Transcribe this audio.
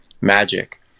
magic